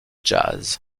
jazz